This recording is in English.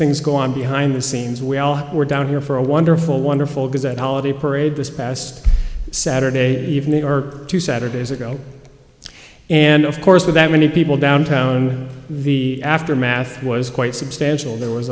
things go on behind the scenes we all were down here for a wonderful wonderful because at holiday parade this past saturday evening or two saturdays ago and of course with that many people downtown and the aftermath was quite substantial there was